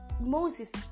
Moses